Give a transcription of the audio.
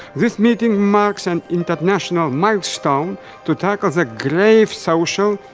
this meeting marks an international milestone to tackle the grave social,